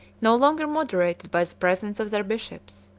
no longer moderated by the presence of their bishops.